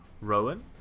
Rowan